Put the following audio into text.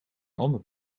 ander